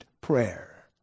prayer